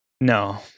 no